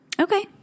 Okay